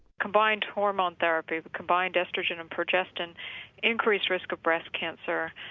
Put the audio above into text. combined hormone therapy, the combined oestrogen and progestin increase risk of breast cancer,